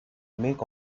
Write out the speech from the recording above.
make